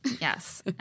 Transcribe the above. Yes